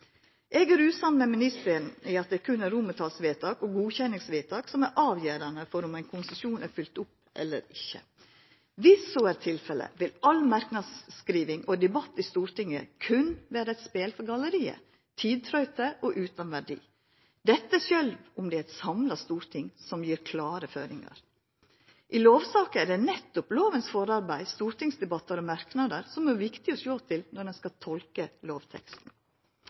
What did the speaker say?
Eg er usamd med ministeren i at det berre er romartalsvedtak og godkjenningsvedtak som er avgjerande for om ein konsesjon er følgd opp eller ikkje. Viss så er tilfellet, vil all merknadskriving og debatt i Stortinget berre vera eit spel for galleriet – tidtrøyte og utan verdi – sjølv om det er eit samla storting som gjev klare føringar. I lovsaker er det nettopp forarbeida til lova, stortingsdebattar og merknader som er viktige å sjå til, når ein skal tolka lovteksten.